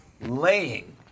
laying